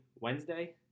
Wednesday